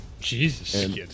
Jesus